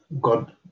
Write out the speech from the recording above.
God